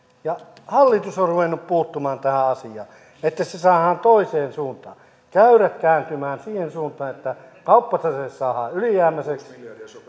hallitus on ruvennut puuttumaan tähän asiaan että se saadaan toiseen suuntaan käyrät kääntymään siihen suuntaan että kauppatase saadaan ylijäämäiseksi